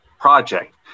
project